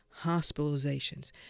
hospitalizations